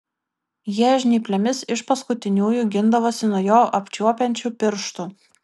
jie žnyplėmis iš paskutiniųjų gindavosi nuo jo apčiuopiančių pirštų